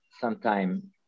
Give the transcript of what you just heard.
sometime